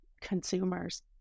consumers